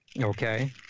Okay